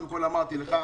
קודם כול אמרתי לך,